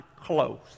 close